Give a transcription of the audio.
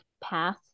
path